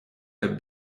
der